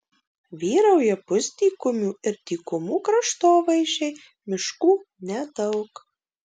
vyrauja pusdykumių ir dykumų kraštovaizdžiai miškų nedaug